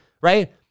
right